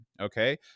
Okay